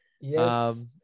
Yes